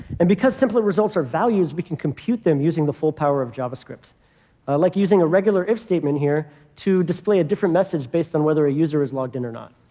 and because template results are values, we can compute them using the full power of javascript. i i like using a regular if statement here to display a different message based on whether a user is logged in or not.